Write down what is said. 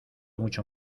mucho